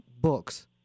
books